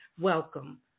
Welcome